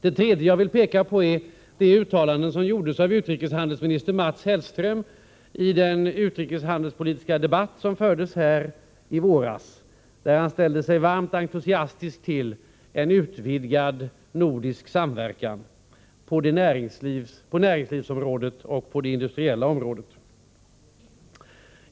Det tredje jag vill erinra om är de uttalanden som gjordes av utrikeshandelsminister Mats Hellström i den utrikeshandelspolitiska debatt som fördes här i våras, där han ställde sig varmt entusiastisk till en utvidgad nordisk samverkan på näringslivsområdet och det industriella området.